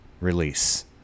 release